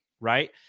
Right